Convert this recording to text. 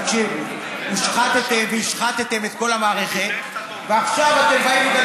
תשובה שמע על זה שאתם רוצים להפריד בין ההון והשלטון?